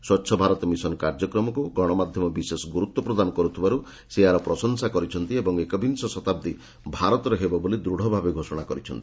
ସ୍ୱଚ୍ଛ ଭାରତ ମିଶନ କାର୍ଯ୍ୟକ୍ରମକୁ ଗଣମାଧ୍ୟମ ବିଶେଷ ଗୁରୁତ୍ୱ ପ୍ରଦାନ କରୁଥିବାରୁ ସେ ଏହାର ପ୍ରଶଂସା କରିଛନ୍ତି ଏବଂ ଏକବିଂଶ ଶତାବ୍ଦୀ ଭାରତର ହେବ ବୋଲି ଦୃଢ଼ ଭାବେ ଘୋଷଣା କରିଥିଲେ